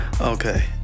Okay